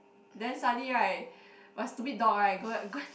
then suddenly right my stupid dog right go go and